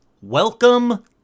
Welcome